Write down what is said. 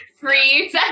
free